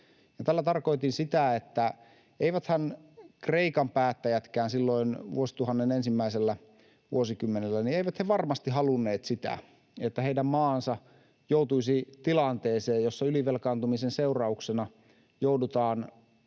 Tällä tarkoitin sitä, että eiväthän Kreikankaan päättäjät silloin vuosituhannen ensimmäisellä vuosikymmenellä varmasti halunneet sitä, että heidän maansa joutuisi tilanteeseen, jossa ylivelkaantumisen seurauksena joudutaan